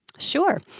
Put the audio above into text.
Sure